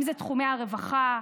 אם זה תחומי הרווחה,